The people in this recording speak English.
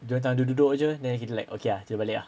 then dia orang duduk jer then he like okay lah kita balik ah